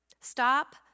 Stop